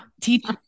teach